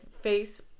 face